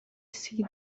see